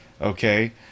Okay